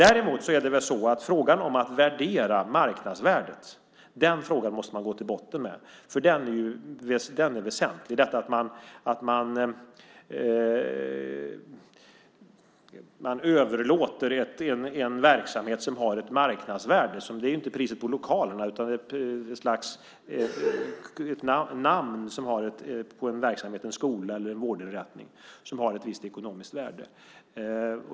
Däremot måste man gå till botten med frågan om att värdera marknadsvärdet, för den är väsentlig. Man överlåter en verksamhet som har ett marknadsvärde. Det är inte priset på lokalerna det handlar om, utan det är ett slags namn på en verksamhet, en skola eller en vårdinrättning, som har ett visst ekonomiskt värde.